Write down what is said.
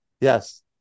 yes